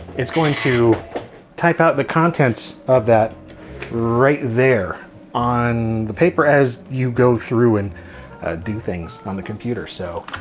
it's going to type out the contents of that right there on the paper as you go through and do things on the computer. so